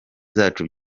zacu